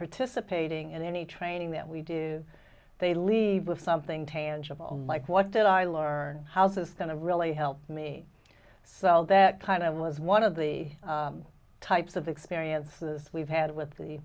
participating in any training that we do they leave with something tangible mike what did i learn house is going to really help me sell that kind of was one of the types of experiences we've had with the